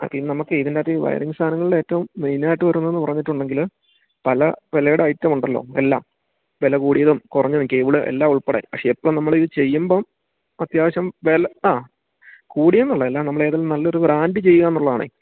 okay ഇനി നമുക്കേ ഇതിന്റെയകത്ത് വയറിങ് സാധനങ്ങളിൽ ഏറ്റവും മെയിനായിട്ട് വരുന്നതെന്നുപറഞ്ഞിട്ടുണ്ടെങ്കില് പല വിലയുടെ ഐറ്റം ഉണ്ടല്ലോ എല്ലാം വില കൂടിയതും കുറഞ്ഞതും കേബിള് എല്ലാം ഉൾപ്പടെ പക്ഷേ ഇപ്പോള് നമ്മളീ ചെയ്യുമ്പോള് അത്യാവിശ്യം ആ കൂടിയെന്നുള്ളതല്ല എല്ലാം നമ്മൾ ഏത് നല്ലൊരു ബ്രാൻഡ് ചെയ്യുക എന്നുള്ളതാണെ